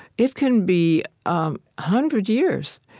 it can be a hundred years,